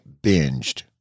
binged